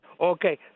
Okay